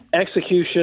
execution